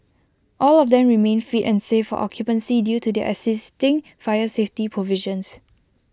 all of them remain fit and safe for occupancy due to their existing fire safety provisions